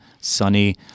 sunny